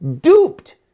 duped